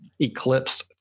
eclipsed